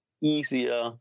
easier